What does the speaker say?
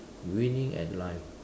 winning at life